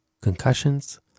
Concussions